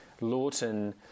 Lawton